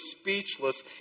speechless